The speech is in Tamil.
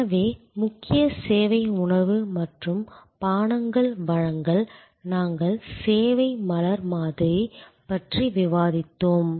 எனவே முக்கிய சேவை உணவு மற்றும் பானங்கள் வழங்கல் நாங்கள் சேவை மலர் மாதிரி பற்றி விவாதித்தோம்